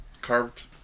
Carved